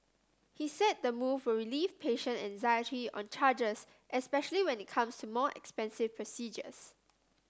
he said the move will relieve patient anxiety on charges especially when it comes to more expensive procedures